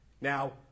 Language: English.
Now